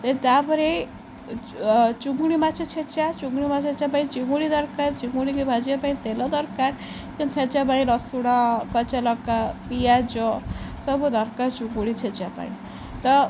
ଦେନ୍ ତା'ପରେ ଚିଙ୍ଗୁଡ଼ି ମାଛ ଛେଚା ଚିଙ୍ଗୁଡ଼ି ମାଛ ଛେଚା ପାଇଁ ଚିଙ୍ଗୁଡ଼ି ଦରକାର ଚିଙ୍ଗୁଡ଼ିିକି ଭାଜିବା ପାଇଁ ତେଲ ଦରକାର କିନ୍ତୁ ଛେଚା ପାଇଁ ରସୁଣ କଞ୍ଚାଲଙ୍କା ପିଆଜ ସବୁ ଦରକାର ଚିଙ୍ଗୁଡ଼ି ଛେଚା ପାଇଁ ତ